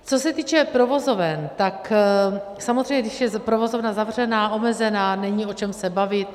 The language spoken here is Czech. Co se týče provozoven, tak samozřejmě, když je provozovna zavřená, omezená, není o čem se bavit.